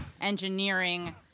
engineering